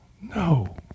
No